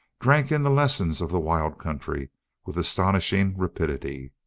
drank in the lessons of the wild country with astonishing rapidity.